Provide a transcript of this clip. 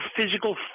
physical